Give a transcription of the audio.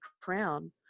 crown